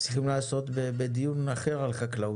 צריך לעשות בדיון אחר על החקלאות.